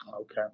okay